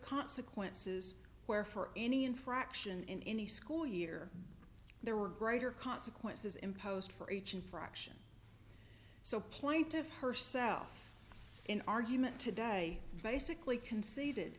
consequences where for any infraction in any school year there were greater consequences imposed for each infraction so plaintive herself in argument today basically conceded